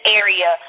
area